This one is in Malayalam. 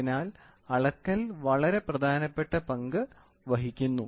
അതിനാൽ അളക്കൽ വളരെ പ്രധാനപ്പെട്ട പങ്ക് വഹിക്കുന്നു